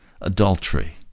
adultery